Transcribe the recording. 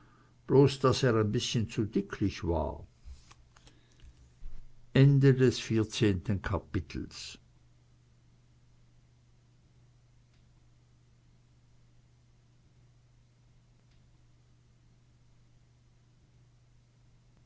daß er ein bißchen zu dicklich war